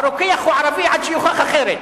הרוקח הוא ערבי עד שיוכח אחרת.